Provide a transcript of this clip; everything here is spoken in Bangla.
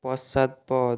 পশ্চাৎপদ